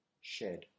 shed